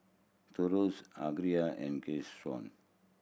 Thos Alger and Keyshawn